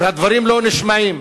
ולא נשמעים.